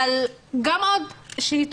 התייחסנו לזה גם לפני השר.